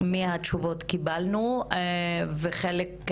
מהתשובות וחלק,